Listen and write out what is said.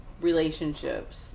relationships